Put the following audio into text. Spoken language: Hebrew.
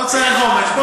לא צריך אומץ.